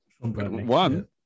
One